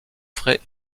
frais